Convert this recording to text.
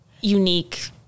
unique